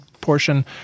portion